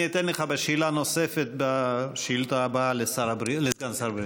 אני אתן לך שאלה נוספת בשאילתה הבאה לסגן שר הבריאות.